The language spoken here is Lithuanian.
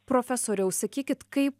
profesoriau sakykit kaip